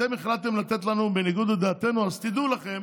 אתם החלטתם לתת לנו בניגוד לדעתנו, אז תדעו לכם